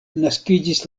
naskiĝis